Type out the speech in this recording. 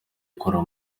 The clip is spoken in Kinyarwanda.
akora